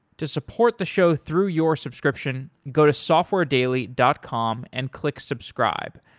to support the show through your subscription, go to softwaredaily dot com and click subscribe.